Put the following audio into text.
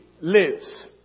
lives